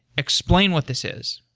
explain what this is.